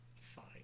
Fine